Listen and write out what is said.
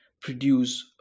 produce